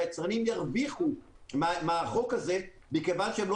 והיצרנים ירוויחו מהחוק הזה כיוון שהם לא